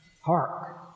Hark